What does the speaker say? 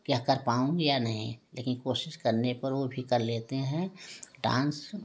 क्या कर पाऊँगी या नहीं लेकिन कोशिश करने पर वो भी कर लेते हैं डांस